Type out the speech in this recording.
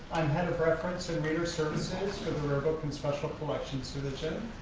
i'm head of reference and reader services for the rare book and special collections division.